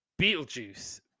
Beetlejuice